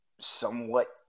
somewhat